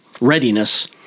readiness